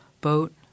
Boat